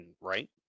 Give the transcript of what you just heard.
right